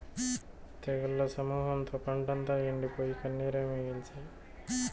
తెగుళ్ల సమూహంతో పంటంతా ఎండిపోయి, కన్నీరే మిగిల్సే